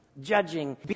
judging